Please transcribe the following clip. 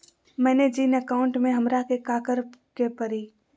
मैंने जिन अकाउंट में हमरा के काकड़ के परी?